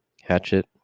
Hatchet